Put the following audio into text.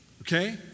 Okay